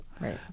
Right